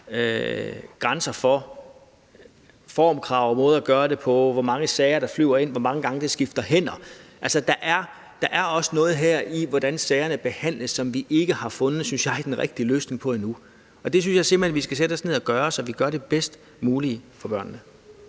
grænser for formkrav, måder at gøre det på, hvor mange sager der flyver ind, og hvor mange gange de skifter hænder. Altså der er også noget i det her, i forhold til hvordan sagerne behandles, som jeg ikke synes vi har fundet den rigtige løsning på endnu. Og det synes jeg simpelt hen vi skal sætte os ned at gøre, så vi gør det bedst mulige for børnene.